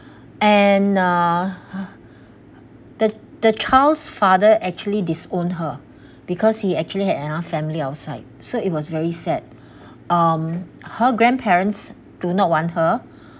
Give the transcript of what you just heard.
and uh the the child's father actually disown her because he actually had another family outside so it was very sad um her grandparents do not want her